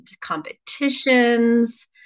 competitions